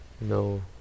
No